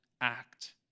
act